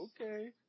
Okay